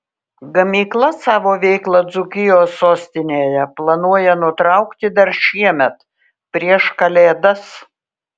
gamykla savo veiklą dzūkijos sostinėje planuoja nutraukti dar šiemet prieš kalėdas